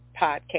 podcast